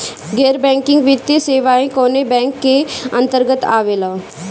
गैर बैंकिंग वित्तीय सेवाएं कोने बैंक के अन्तरगत आवेअला?